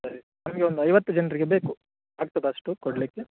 ಸರಿ ನಮಗೆ ಒಂದು ಐವತ್ತು ಜನರಿಗೆ ಬೇಕು ಆಗ್ತದಾ ಅಷ್ಟು ಕೊಡಲಿಕ್ಕೆ